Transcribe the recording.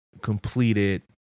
completed